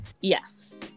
Yes